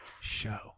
show